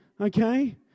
Okay